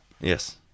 yes